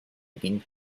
ging